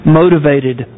motivated